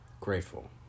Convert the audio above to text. grateful